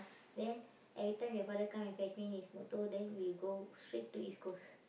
then every time your father come and fetch me in his motor then we go straight to East-Coast